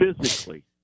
physically